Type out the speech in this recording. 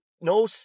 No